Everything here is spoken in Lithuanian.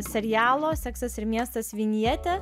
serialo seksas ir miestas vilnietė